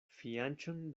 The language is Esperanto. fianĉon